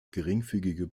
geringfügige